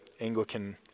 Anglican